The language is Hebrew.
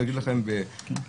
המציאות.